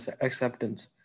acceptance